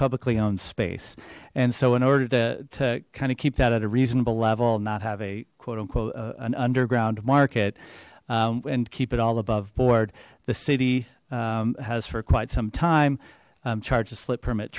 publicly owned space and so in order to kind of keep that at a reasonable level not have a quote unquote an underground market and keep it all aboveboard the city has for quite some time charged to slip permit